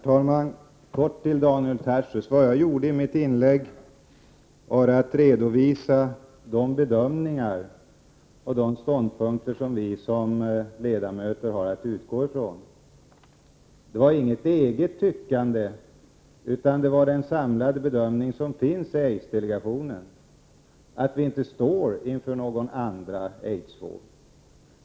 Herr talman! Vad jag gjorde i mitt inlägg var att redovisa de bedömningar och de ståndpunkter som vi som ledamöter har att utgå ifrån. Det var inget eget tyckande, utan det var den samlade bedömningen som finns i aidsdelegationen att vi inte står inför någon andra aidsvåg.